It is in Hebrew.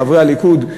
חברי הליכוד,